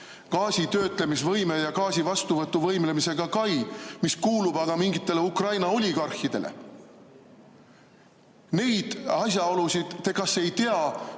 gaasi töötlemise võime ja gaasi vastuvõtu võimekusega kai, mis kuulub aga mingitele Ukraina oligarhidele. Neid asjaolusid te kas ei tea